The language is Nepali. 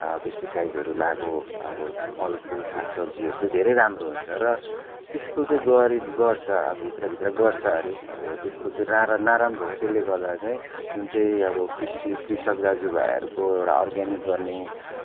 पेस्टिसाइडहरू लगाएको अब फलफुल सागसब्जीहरू चाहिँ धेरै राम्रो हुन्छ र त्यस्तो चाहिँ गर्छ भित्र भित्र गर्छ अरे अब त्यस्तो चाहिँ ना नराम्रो हो त्यसले गर्दा चाहिँ जुन चाहिँ अब कृषि कृषक दाजुभाइहरूको एउटा अर्ग्यानिक गर्ने